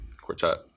quartet